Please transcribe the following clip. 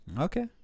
Okay